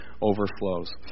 overflows